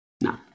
no